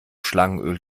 schlangenöl